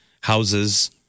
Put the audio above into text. houses